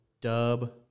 Dub